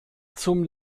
zum